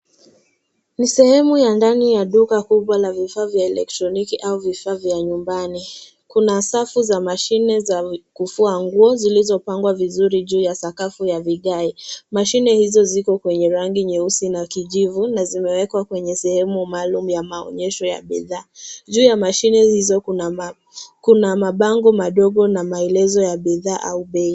Ni sehemu ya ndani ya duka kubwa la vifaa vya elektroniki au vifaa vya nyumbani. Kuna safu za mashine za kufua nguo zilizopangwa vizuri juu ya sakafu ya vigae. Mashine hizo ziko kwenye rangi nyeusi na kijivu na zimewekwa kwenye sehemu maalumu ya maonyesho ya bidhaa. Juu ya mashine hizo kuna mabango madogo na maelezo ya bidhaa au bei.